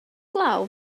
glaw